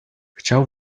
chciał